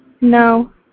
No